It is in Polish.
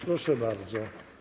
Proszę bardzo.